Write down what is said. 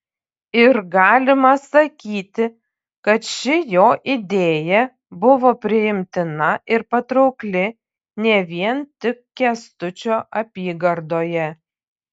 ir galima sakyti kad ši jo idėja buvo priimtina ir patraukli ne vien tik kęstučio apygardoje